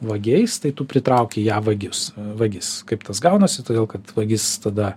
vagiais tai tu pritrauki į ją vagius vagis kaip tas gaunasi todėl kad vagis tada